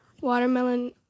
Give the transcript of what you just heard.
watermelon